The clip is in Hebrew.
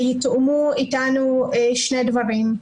שיתאמו אתנו שני דברים: